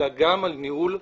אלא גם על ניהול.